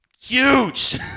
huge